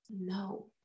no